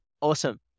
awesome